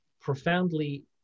profoundly